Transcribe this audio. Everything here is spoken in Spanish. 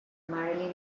marilyn